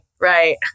Right